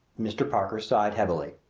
mr. parker sighed heavily.